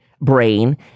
brain